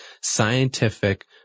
scientific